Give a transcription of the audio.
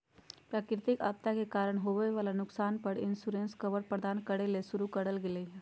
प्राकृतिक आपदा के कारण होवई वला नुकसान पर इंश्योरेंस कवर प्रदान करे ले शुरू करल गेल हई